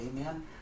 Amen